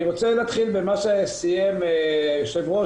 אני רוצה להתחיל במה שסיים היושב ראש